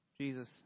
Jesus